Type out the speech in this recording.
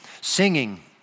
Singing